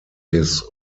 his